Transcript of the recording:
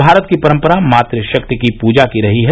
भारत की परम्परा मात शक्ति की पूजा की रही है